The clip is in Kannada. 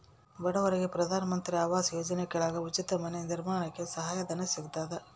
ಬಡವರಿಗೆ ಪ್ರಧಾನ ಮಂತ್ರಿ ಆವಾಸ್ ಯೋಜನೆ ಕೆಳಗ ಉಚಿತ ಮನೆ ನಿರ್ಮಾಣಕ್ಕೆ ಸಹಾಯ ಧನ ಸಿಗತದ